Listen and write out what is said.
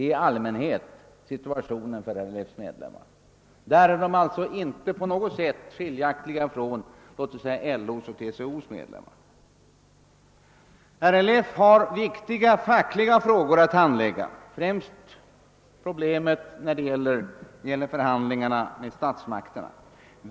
I detta avseende skiljer de sig inte på något sätt från t.ex. LO:s och TCO :s medlemmar. RLF har viktiga fackliga frågor att handlägga — främst gäller det förhandlingarna med statsmakterna.